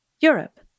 Europe